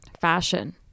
Fashion